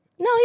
No